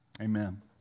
Amen